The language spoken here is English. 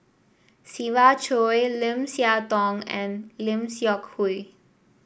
Siva Choy Lim Siah Tong and Lim Seok Hui